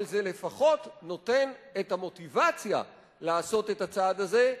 אבל זה לפחות נותן את המוטיבציה לעשות את הצעד הזה,